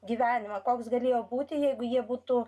gyvenimą koks galėjo būti jeigu jie būtų